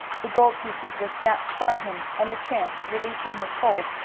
the gold pieces were snatched from him, and the tramp, releasing his hold,